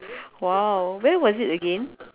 !wow! where was it again